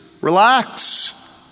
Relax